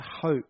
hope